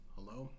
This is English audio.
Hello